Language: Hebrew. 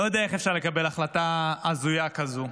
לא יודע איך אפשר לקבל החלטה הזויה כזו.